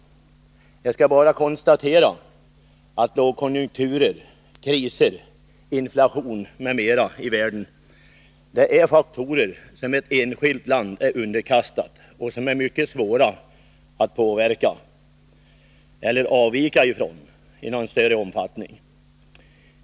Jag skall bara konstatera att lågkonjunkturer, kriser, inflation m.m. i världen är faktorer som ett enskilt land får underkasta sig och som är mycket svåra att påverka eller komma bort ifrån i någon större omfattning.